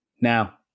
Now